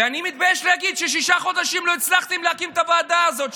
ואני מתבייש להגיד ששישה חודשים לא הצלחתם להקים את הוועדה הזאת,